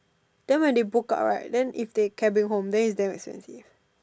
then when they book out right then if they cabin home then it's damn expensive